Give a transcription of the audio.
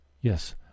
Yes